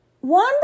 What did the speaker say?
one